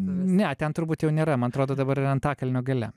ne ten turbūt jau nėra man atrodo dabar yra antakalnio gale